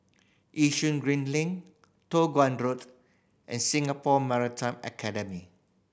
Yishun Green Link Toh Guan Road and Singapore Maritime Academy